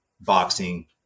boxing